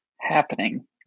happening